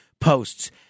posts